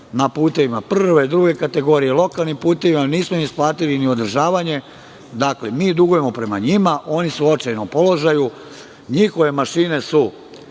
na putevima prve, druge kategorije, lokalnim putevima. Nismo isplatili ni održavanje. Mi dugujemo prema njima, oni su u očajnom položaju. Njihove mašine su,